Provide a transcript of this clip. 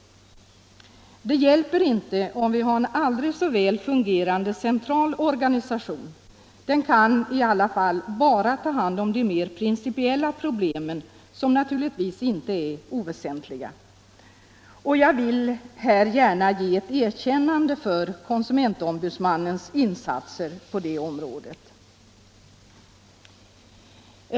Det hjälper inte att ha en aldrig så väl fungerande central organisation. Den kan i alla fall bara ta hand om de mer principiella problemen, som naturligtvis inte är oväsentliga. Jag vill här gärna ge konsumentombudsmannens insatser på detta område ett erkännande.